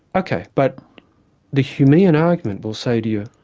ok, but the humean argument will say to you,